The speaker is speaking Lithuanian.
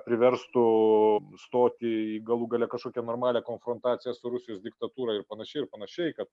priverstų stoti į galų gale kažkokią normalią konfrontaciją su rusijos diktatūra ir panašiai ir panašiai kad